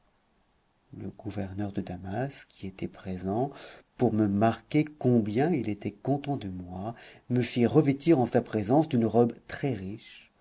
le gouverneur de damas qui était présent pour me marquer combien il était content de moi me fit revêtir en sa présence d'une robe